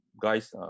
guys